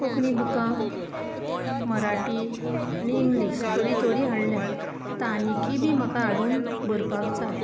कोंकणीं बुकां मराठी आनी इंग्लीश थोडीं थोडीं हाडल्यांत आतां आनिकीय बी म्हाका हाडून भरपाक जाय